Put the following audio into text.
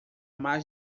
mais